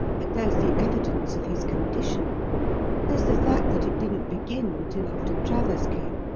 but there's the evidence of his condition there's the fact that it didn't begin until after travers came.